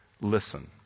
Listen